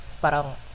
parang